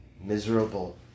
miserable